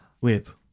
Wait